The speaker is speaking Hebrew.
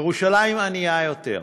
ירושלים ענייה יותר,